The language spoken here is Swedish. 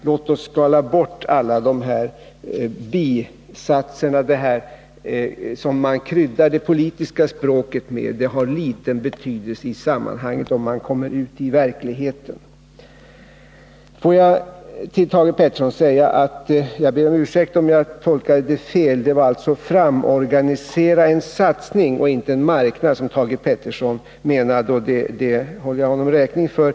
Låt oss skala bort alla bisatser, som man kryddar det politiska språket med. De har liten betydelse i sammanhanget när man kommer ut i verkligheten. Jag ber, Thage Peterson, om ursäkt, om jag tolkade uttalandet fel. Det var alltså detta att framorganisera en satsning och inte en marknad som Thage Peterson menade. Det håller jag honom räkning för.